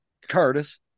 Curtis